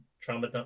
trauma